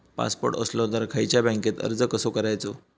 Passport असलो तर खयच्या बँकेत अर्ज कसो करायचो?